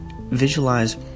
visualize